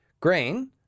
Grain